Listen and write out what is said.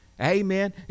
Amen